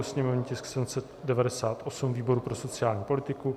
sněmovní tisk 798 výboru pro sociální politiku;